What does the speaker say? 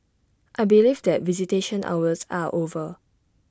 I believe that visitation hours are over